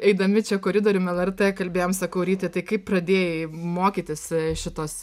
eidami čia koridorium lrt kalbėjom sakau ryti tai kaip pradėjai mokytis šitos